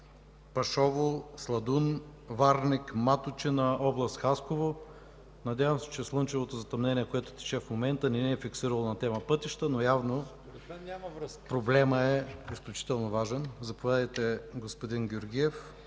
Пашово – Сладун – Варник – Маточина, област Хасково. Надявам се, че слънчевото затъмнение, което тече в момента, не ни е фиксирало на тема пътища, но явно проблемът е изключително важен. Заповядайте, господин Георгиев,